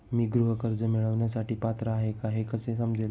मी गृह कर्ज मिळवण्यासाठी पात्र आहे का हे कसे समजेल?